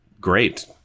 great